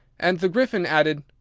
and the gryphon added,